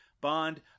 Bond